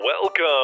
Welcome